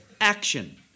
action